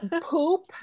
poop